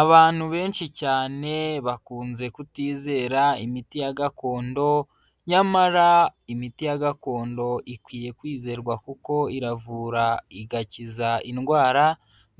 Abantu benshi cyane bakunze kutizera imiti ya gakondo, nyamara imiti ya gakondo ikwiye kwizerwa kuko iravura igakiza indwara